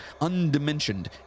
undimensioned